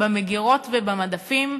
במגירות ובמדפים,